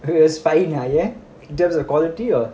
it was fine ah ya in terms of quality or